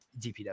DPW